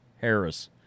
Harris